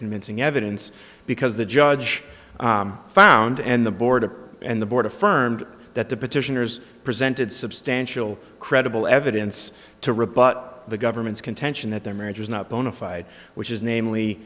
convincing evidence because the judge found and the board and the board affirmed that the petitioners presented substantial credible evidence to rebut the government's contention that their marriage was not bona fide which is